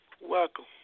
Welcome